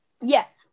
Yes